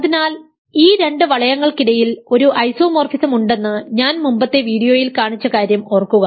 അതിനാൽ ഈ രണ്ട് വളയങ്ങൾക്കിടയിൽ ഒരു ഐസോമോർഫിസം ഉണ്ടെന്ന് ഞാൻ മുമ്പത്തെ വീഡിയോയിൽ കാണിച്ച കാര്യം ഓർക്കുക